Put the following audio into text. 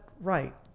right